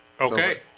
Okay